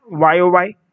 YOY